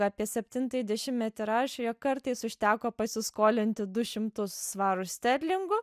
apie septintąjį dešimtmetį rašė jog kartais užteko pasiskolinti du šimtus svarų sterlingų